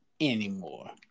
anymore